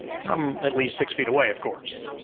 from at least six feet away of course.